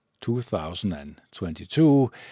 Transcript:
2022